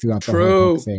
True